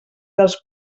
dels